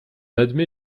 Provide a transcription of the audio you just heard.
admet